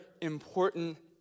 important